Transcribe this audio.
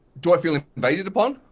do i feel invaded upon?